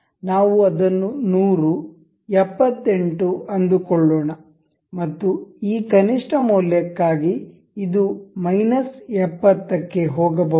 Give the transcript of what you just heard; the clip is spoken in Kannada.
ನಾವು ಅದನ್ನು 100 78 ಅಂದುಕೊಳ್ಳೋಣ ಮತ್ತು ಈ ಕನಿಷ್ಠ ಮೌಲ್ಯಕ್ಕಾಗಿ ಇದು ಮೈನಸ್ 70 ಕ್ಕೆ ಹೋಗಬಹುದು